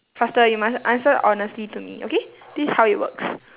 you must answer honestly to me okay this is how it works